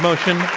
motion,